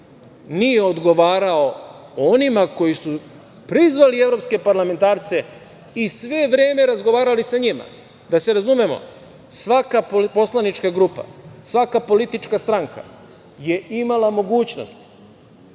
nije odgovarao onima koji su prizvali evropske parlamentarce i sve vreme razgovarali sa njima. Da se razumemo, svaka poslanička grupa, svaka politička stranka je imala mogućnost